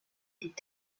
des